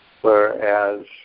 Whereas